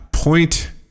point